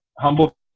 humble